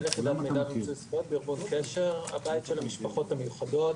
מנהל יחידת מיצוי זכויות בארגון קשר- הבית של המשפחות המיוחדות.